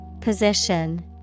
Position